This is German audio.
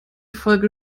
folge